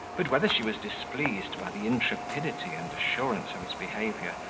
but whether she was displeased by the intrepidity and assurance of his behaviour,